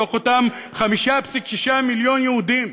מתוך אותם 5.6 מיליון יהודים.